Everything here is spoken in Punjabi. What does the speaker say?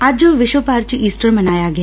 ਅੱਜ ਵਿਸ਼ਵ ਭਰ 'ਚ ਈਸਟਰ ਮਨਾਇਆ ਗਿਆ